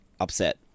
upset